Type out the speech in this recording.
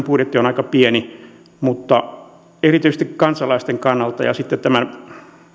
budjetti on aika pieni mutta erityisesti kansalaisten kannalta ja sitten tämän